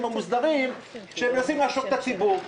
המוסדרים מנסים לעשוק את הציבור,